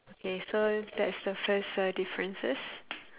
okay so that's the first uh differences